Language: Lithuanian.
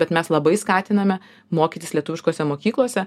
bet mes labai skatiname mokytis lietuviškose mokyklose